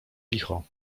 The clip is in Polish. licho